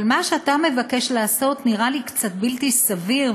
אבל מה שאתה מבקש לעשות נראה לי קצת בלתי סביר,